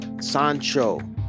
sancho